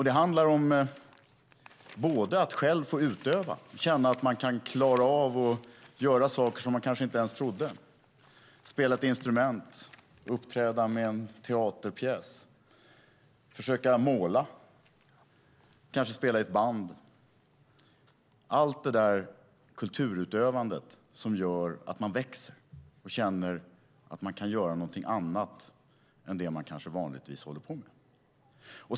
Det handlar både om att själv utöva kultur, känna att man kan klara av att göra saker som man kanske inte ens trodde. Det kan handla om att spela ett instrument, uppträda med en teaterpjäs, försöka måla, kanske spela i ett band - allt det där kulturutövandet som gör att man växer och känner att man kan göra något annat än man kanske vanligtvis håller på med.